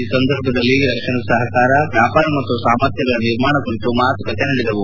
ಈ ಸಂದರ್ಭದಲ್ಲಿ ರಕ್ಷಣಾ ಸಹಕಾರ ವ್ಯಾಪಾರ ಮತ್ತು ಸಾಮರ್ಥ್ಯಗಳ ನಿರ್ಮಾಣ ಕುರಿತು ಮಾತುಕತೆ ನಡೆದವು